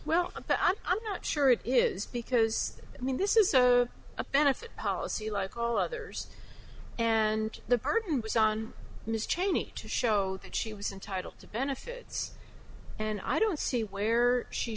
well i'm not sure it is because i mean this is a benefit policy like all others and the burden was on ms cheney to show that she was entitled to benefits and i don't see where she